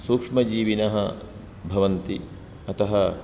सूक्ष्मजीविनः भवन्ति अतः